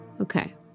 Okay